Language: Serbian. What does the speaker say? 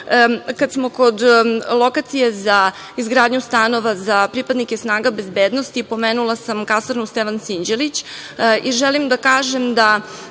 kad smo kod lokacije za izgradnju stanova za pripadnike snaga bezbednosti, pomenula sam kasarnu „Stevan Sinđelić“ i želim da kažem da